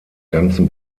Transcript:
ganzen